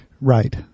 Right